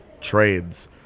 trades